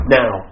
now